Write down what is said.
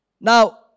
Now